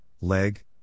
Leg